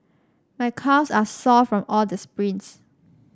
my calves are sore from all the sprints